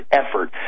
effort